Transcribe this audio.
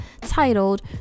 titled